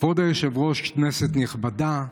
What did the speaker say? כבוד היושב-ראש, כנסת נכבדה,